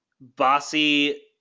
bossy